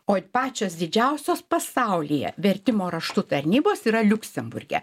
o pačios didžiausios pasaulyje vertimo raštu tarnybos yra liuksemburge